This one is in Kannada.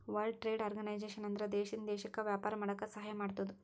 ವರ್ಲ್ಡ್ ಟ್ರೇಡ್ ಆರ್ಗನೈಜೇಷನ್ ಅಂದುರ್ ದೇಶದಿಂದ್ ದೇಶಕ್ಕ ವ್ಯಾಪಾರ ಮಾಡಾಕ ಸಹಾಯ ಮಾಡ್ತುದ್